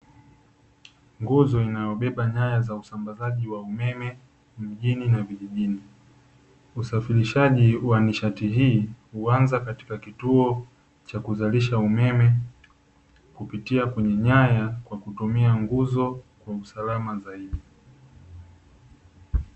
Nguzo inayobeba nyaya za usambazaji wa umeme mjini na vijijini, usafirishaji wa nishati hii huanza katika kituo cha kuzalisha umeme, kupitia kwenye nyaya kwa kutumia nguzo kwa usalama zaidi.